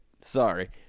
Sorry